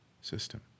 system